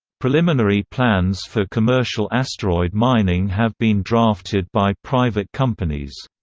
preliminary plans for commercial asteroid mining have been drafted by private companies.